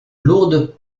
lourdes